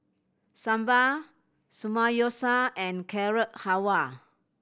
Sambar Samgeyopsal and Carrot Halwa